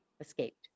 escaped